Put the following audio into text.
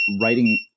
writing